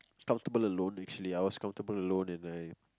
comfortable alone actually I was comfortable alone and I